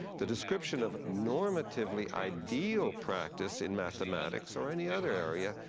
the description of normatively ideal practice in mathematics, or any other area,